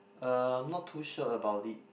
uh I'm not too sure about it